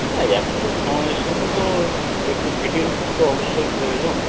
না এখন তো সময়ের সঙ্গে তো একটু ফিটিংস তো অবশ্যই প্রয়োজন